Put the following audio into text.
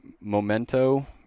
Memento